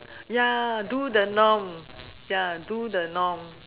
ya do the norm ya do the norm